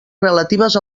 relatives